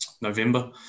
November